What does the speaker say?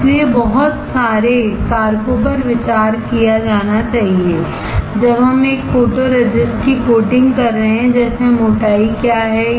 इसलिए बहुत सारे कारकों पर विचार किया जाना चाहिए जब हम एक फोटोरेसिस्ट की कोटिंग कर रहे हैं जैसे मोटाई क्या है